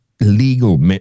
legal